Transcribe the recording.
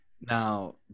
Now